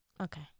Okay